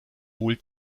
wohl